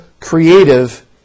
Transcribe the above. creative